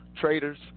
traders